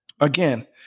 Again